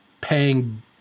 paying